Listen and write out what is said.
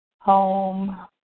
Home